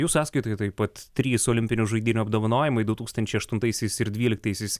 jų sąskaitoje taip pat trys olimpinių žaidynių apdovanojimai du tūkstančiai aštuntaisiais ir dvyliktaisiais